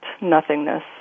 nothingness